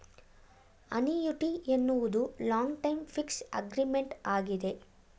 annuity ಎನ್ನುವುದು long time fix agreement ಆಗಿದೆ